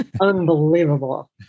unbelievable